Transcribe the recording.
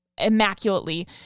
immaculately